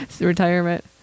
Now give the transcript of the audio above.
retirement